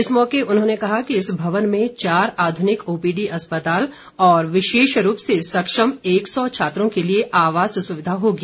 इस मौके उन्होंने कहा कि इस भवन में चार आधुनिक ओपीडी अस्पताल और विशेष रूप से सक्षम एक सौ छात्रों के लिए आवास सुविधा होगी